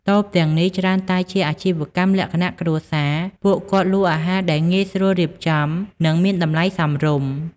តូបទាំងនេះច្រើនតែជាអាជីវកម្មលក្ខណៈគ្រួសារ។ ពួកគាត់លក់អាហារដែលងាយស្រួលរៀបចំ និងមានតម្លៃសមរម្យ។